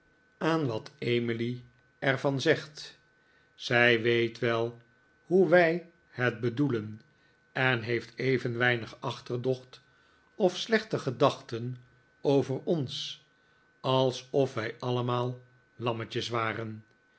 aan wat emily er van zegt zij weet wel hoe wij het bedoelen en heeft even weinig achterdocht of slechte gedachten over ons alsof wij allemaal lammetjes waren